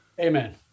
Amen